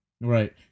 right